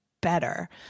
better